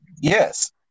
Yes